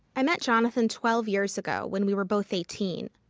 i met jonathan twelve years ago, when we were both eighteen.